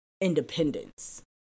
independence